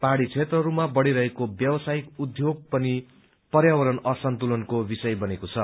पहाड़ी क्षेत्रहरूमा बढ़िरहेको व्यावसायिक उपोग पनि पर्यावरण असन्तुलनको विषय बनेको छ